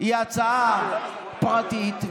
היא הצעה פרטית,